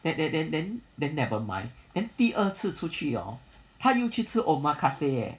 then then then then nevermind and 第二次出去 hor 他又去吃 omakase